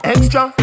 Extra